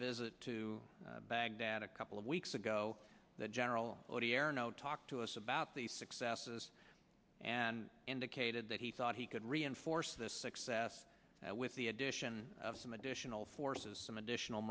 visit to baghdad a couple of weeks ago that general odierno talked to us about the successes and indicated that he thought he could reinforce this success with the addition of some additional forces some additional